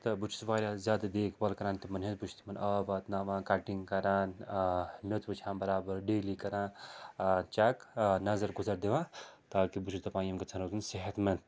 تہٕ بہٕ چھُس واریاہ زیادٕ دیکھ بال کَران تِمَن ہٕنٛز بہٕ چھُس تِمَن آب واتناوان کَٹِنٛگ کَران میٚژ وُچھان بَرابر ڈیٚلی کَران چیک نظر گُزر دِوان تاکہِ بہٕ چھُس دَپان یِم گژھن روزُن صحت منٛد